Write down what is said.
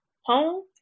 home